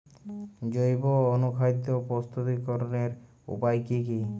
জৈব অনুখাদ্য প্রস্তুতিকরনের উপায় কী কী?